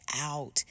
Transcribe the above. out